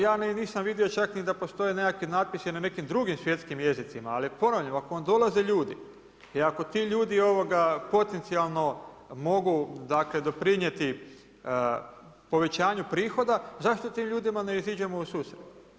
Ja nisam vidio čak ni da postoje nekakvi natpisi na nekim drugim svjetskim jezicima ali vam ponavljam, ako vam dolaze ljudi i ako ti ljudi potencijalno mogu doprinijeti povećanju prihoda, zašto tim ljudima ne iziđemo u susret?